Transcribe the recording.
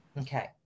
Okay